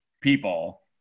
people